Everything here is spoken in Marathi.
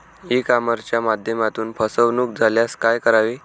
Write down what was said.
ई कॉमर्सच्या माध्यमातून फसवणूक झाल्यास काय करावे?